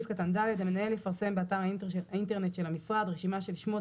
(ד)המנהל יפרסם באתר האינטרנט של המשרד רשימה של שמות